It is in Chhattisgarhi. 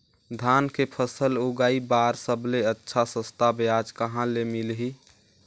धान के फसल उगाई बार सबले अच्छा सस्ता ब्याज कहा ले मिलही?